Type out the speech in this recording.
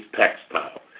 textile